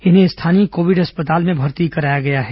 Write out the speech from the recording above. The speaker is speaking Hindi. इन्हें स्थानीय कोविड अस्पताल में भर्ती कराया गया है